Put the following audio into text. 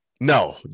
No